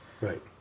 Right